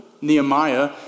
Nehemiah